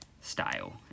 style